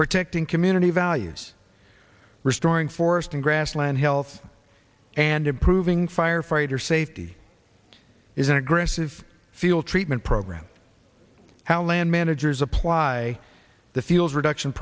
protecting community values restoring forest and grassland health and improving firefighter safety is an aggressive field treatment program how land managers apply the fuels reduction